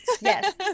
Yes